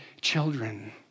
children